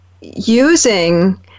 using